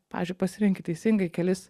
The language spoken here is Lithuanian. pavyzdžiui pasirenki teisingai kelis